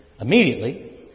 immediately